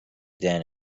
than